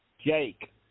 Jake